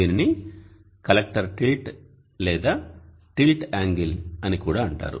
దీనిని collector tilt లేదా tilt angle అని కూడా అంటారు